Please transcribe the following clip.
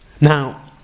Now